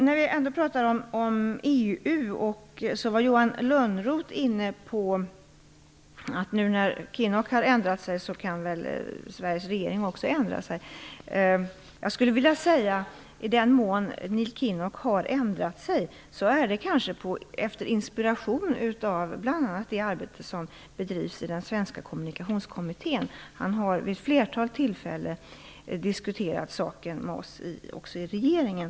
Johan Lönnroth menade att Sveriges regering också skulle kunna ändra sig nu när Kinnock har ändrat sig. I den mån Neil Kinnock har ändrat sig har han kanske gjort det efter inspiration av bl.a. det arbete som bedrivs i den svenska kommunikationskommittén. Han har vid ett flertal tillfällen också diskuterat saken med oss i regeringen.